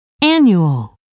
annual